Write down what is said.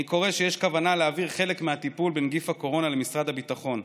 אני קורא שיש כוונה להעביר חלק מהטיפול בנגיף הקורונה למשרד הביטחון.